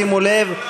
שימו לב,